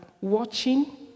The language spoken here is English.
watching